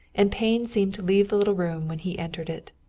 and pain seemed to leave the little room when he entered it.